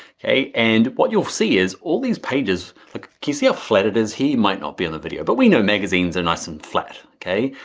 okay and what you'll see is all these pages like you see a flat it is he might not be in the video but we know magazines are nice and flat, okay.